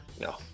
No